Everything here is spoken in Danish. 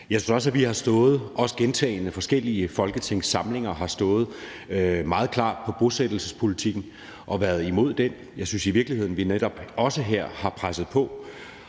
Jeg synes også, at vi – også forskellige Folketings samlinger – gentagne gange har stået meget klart på bosættelsespolitikken og været imod den. Jeg synes i virkeligheden, at vi også her har presset på.